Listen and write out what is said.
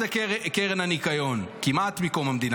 והוא יודע בדיוק מה זה קרן הניקיון ------ כמעט מקום המדינה,